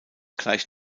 gleich